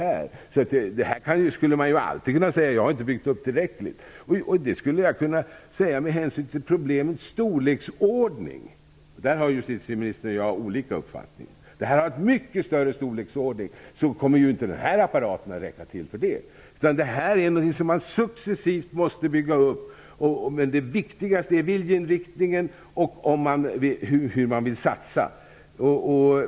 Man skulle ju alltid kunna säga att man inte har byggt upp tillräckligt. Det skulle jag kunna säga med hänsyn till problemets storleksordning, vilken justitieministern och jag har olika uppfattningar om. Den här frågan skall ses utifrån en mycket större storleksordning. Den apparat som finns kommer ju inte att räcka till här, utan detta är någonting som man successivt måste bygga upp. Det viktigaste är alltså viljeinriktningen och hur man vill satsa.